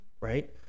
right